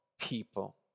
people